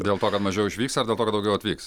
dėl to kad mažiau išvyks ar dėl to kad daugiau atvyks